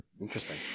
interesting